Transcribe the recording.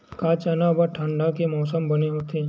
का चना बर ठंडा के मौसम बने होथे?